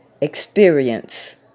Experience